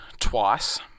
twice